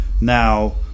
Now